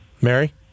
Mary